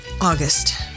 August